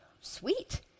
sweet